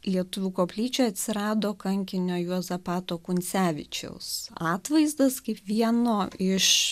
lietuvių koplyčioj atsirado kankinio juozapato kuncevičiaus atvaizdas kaip vieno iš